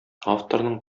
авторның